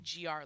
GR